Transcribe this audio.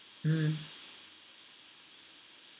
mm